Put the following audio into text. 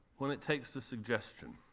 when it takes the suggestion?